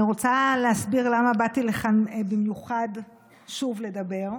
אני רוצה להסביר למה באתי לכאן במיוחד שוב לדבר.